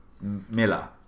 Miller